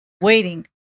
waiting